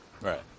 Right